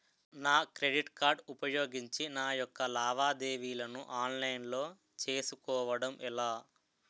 నా credit card ఉపయోగించి నా యెక్క లావాదేవీలను ఆన్లైన్ లో చేసుకోవడం ఎలా?